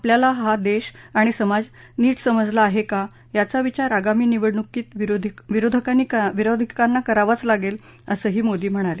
आपल्याला हा देश आणि समाज नीट समजला आहे का याचा विचार आगामी निवडणुकीत विरोधकांनी करावाच लागेल असंही मोदी म्हणाले